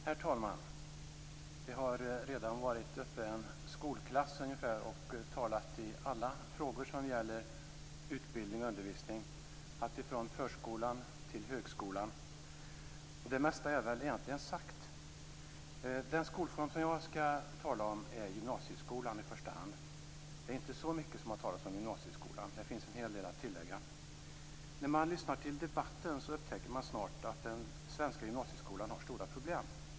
Herr talman! Det har redan varit uppe motsvarande en skolklass och talat i alla frågor som gäller utbildning och undervisning, alltifrån förskolan till högskolan. Det mesta är väl sagt. Den skolform jag skall tala om är i första hand gymnasieskolan. Det är inte så mycket som har sagts om gymnasieskolan. Det finns en hel del att tillägga. När man lyssnar till debatten upptäcker man snart att den svenska gymnasieskolan har stora problem.